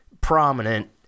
prominent